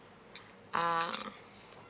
ah